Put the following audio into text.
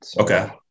Okay